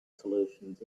solutions